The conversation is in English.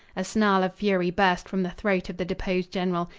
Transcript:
a snarl of fury burst from the throat of the deposed general.